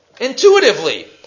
intuitively